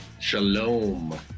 Shalom